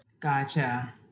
Gotcha